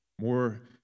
more